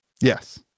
Yes